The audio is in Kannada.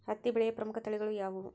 ಹತ್ತಿ ಬೆಳೆಯ ಪ್ರಮುಖ ತಳಿಗಳು ಯಾವ್ಯಾವು?